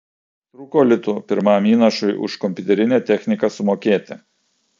trūko litų pirmam įnašui už kompiuterinę techniką sumokėti